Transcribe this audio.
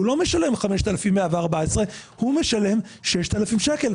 הוא לא משלם 5,114 שקל הוא משלם 6,000 שקל,